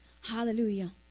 Hallelujah